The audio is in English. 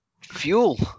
fuel